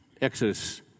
Exodus